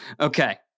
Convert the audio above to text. Okay